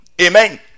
Amen